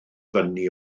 fyny